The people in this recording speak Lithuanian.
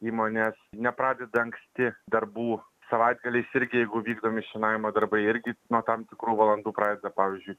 įmonė nepradeda anksti darbų savaitgaliais irgi jeigu vykdomi šienavimo darbai irgi nuo tam tikrų valandų pradeda pavyzdžiui